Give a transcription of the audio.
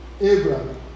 Abraham